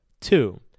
Two